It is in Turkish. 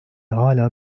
hala